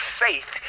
faith